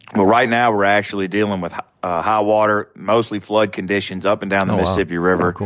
well, right now we're actually dealing with high water, mostly flood conditions, up and down the mississippi river.